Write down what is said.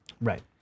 Right